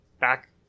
back